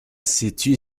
situe